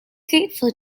grateful